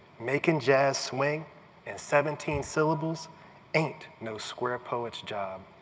making jazz swing in seventeen syllables ain't no square poet's job